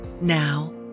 Now